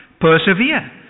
Persevere